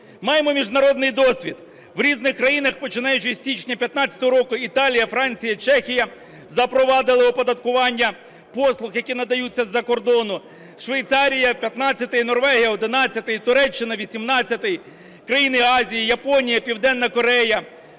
Маємо міжнародний досвід. В різних країнах, починаючи з січня 15-го року, Італія, Франція, Чехія запровадили оподаткування послуг, які надаються з-за кордону. Швейцарія – 15-й, Норвегія – 11-й, Туреччина – 18-й. Країни Азії, Японія, Південна Корея,